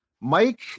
Mike